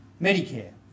Medicare